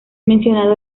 mencionado